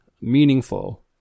meaningful